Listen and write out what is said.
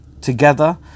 together